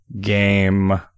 game